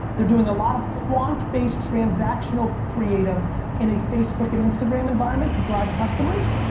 they're doing a lot of quant-based transactional creative in a facebook and instagram environment to drive customers,